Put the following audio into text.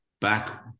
back